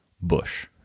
bush